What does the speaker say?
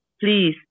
please